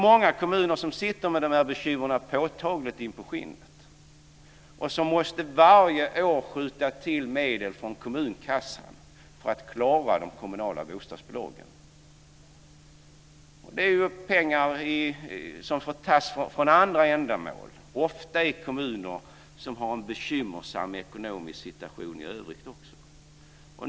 Många kommuner sitter med de här bekymren påtagligt in på skinnet och måste varje år skjuta till medel från kommunkassan för att klara de kommunala bostadsbolagen. Det är ju pengar som får tas från andra ändamål, ofta i kommuner som även i övrigt har en bekymmersam ekonomisk situation.